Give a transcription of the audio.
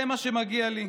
זה מה שמגיע לי?